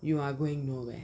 you are going no where